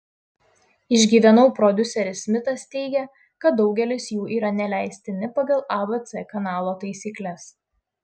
išgyvenau prodiuseris smitas teigia kad daugelis jų yra neleistini pagal abc kanalo taisykles